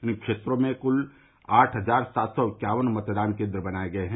इन क्षेत्रों में कुल आठ हजार सात सौ इक्यावन मतदान केन्द्र बनाये गये हैं